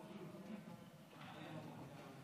גברתי היושבת-ראש,